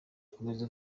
akomeza